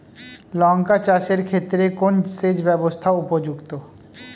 লঙ্কা চাষের ক্ষেত্রে কোন সেচব্যবস্থা উপযুক্ত?